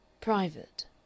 private